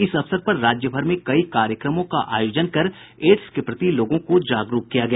इस अवसर पर राज्यभर में कई कार्यक्रमों का आयोजन कर एड्स के प्रति लोगों को जागरूक किया गया